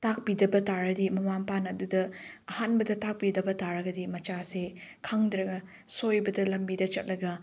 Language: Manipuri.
ꯇꯥꯛꯄꯤꯗꯕ ꯇꯥꯔꯗꯤ ꯃꯃꯥ ꯃꯄꯥꯅ ꯑꯗꯨꯗ ꯑꯍꯥꯟꯕꯗ ꯇꯥꯛꯄꯤꯗꯕ ꯇꯥꯔꯒꯗꯤ ꯃꯆꯥꯁꯦ ꯈꯪꯗ꯭ꯔꯒ ꯁꯣꯏꯕꯗ ꯂꯝꯕꯤꯗ ꯆꯠꯂꯒ